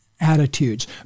attitudes